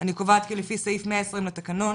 אני קובעת כי לפי סעיף 120 לתקנון,